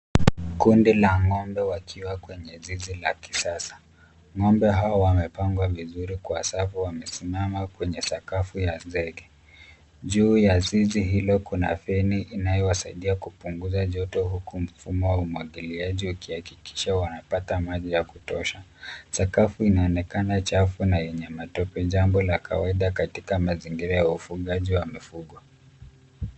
Kundi la ng'ombe wakiwa kwenye zizi la kisasa. Ng'ombe hawa wampangwa vizuri kwa sababu wamesimama kwenye sakafu ya zege, juu ya zizi hilo kuna feni inayowasaidia kupunguza joto huku mfumo wa umwagiliaji ukihakikisha wanapata maji ya kutosha. Sakafu inaonekana chafu na lenye matope jambo la kawaida katika mazingira ya ufugaji wa mifugo.